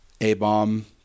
A-bomb